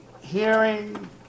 hearing